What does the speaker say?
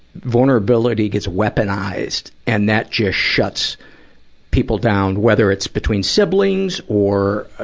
vulnerability gets weaponized, and that just shuts people down, whether it's between siblings or,